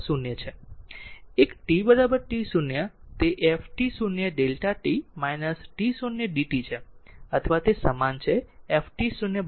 એક t t0 તે f t0 Δ t t0 d t છે અથવા તે સમાન છે f t0 બહાર આવશે તે અહીં છે